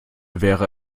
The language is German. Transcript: wäre